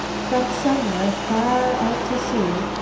from somewhere, far out to sea,